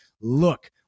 look